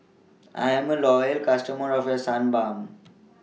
I'm A Loyal customer of A Suu Balm